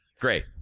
Great